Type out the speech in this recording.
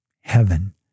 Heaven